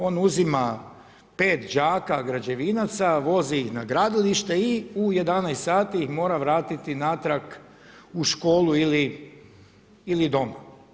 On uzima 5 đaka građevinaca, vozi ih na gradilište i u 11,00 sati ih mora vratiti natrag u školu ili doma.